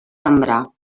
sembrar